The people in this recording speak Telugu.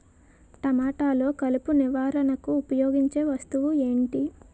టమాటాలో కలుపు నివారణకు ఉపయోగించే వస్తువు ఏంటి?